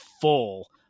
full